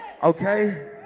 Okay